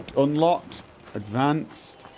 unlocked advanced